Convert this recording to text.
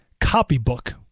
copybook